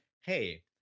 hey